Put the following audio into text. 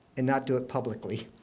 and not do it publicly.